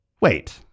Wait